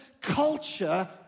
culture